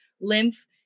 lymph